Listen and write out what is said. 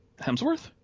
Hemsworth